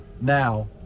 now